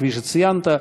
כפי שציינת,